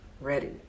ready